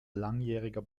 langjähriger